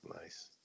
Nice